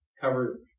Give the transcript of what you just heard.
cover